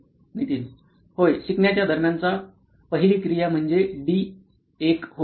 नितीन होय शिकण्याच्या दरम्यानचा पहिली क्रिया म्हणजे डी १ होय